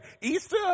Easter